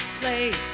place